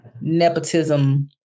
nepotism